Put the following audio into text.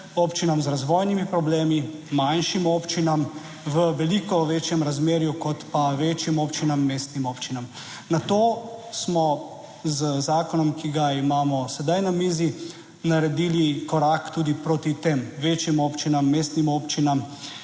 občinam z razvojnimi problemi, manjšim občinam v veliko večjem razmerju kot pa večjim občinam, mestnim občinam. Na to smo z zakonom, ki ga imamo sedaj na mizi, naredili korak tudi proti tem večjim občinam, mestnim občinam